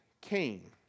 came